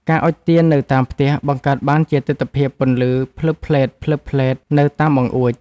ការអុជទៀននៅតាមផ្ទះ បង្កើតបានជាទិដ្ឋភាពពន្លឺភ្លឹបភ្លែតៗនៅតាមបង្អួច។